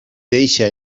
deixa